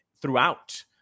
throughout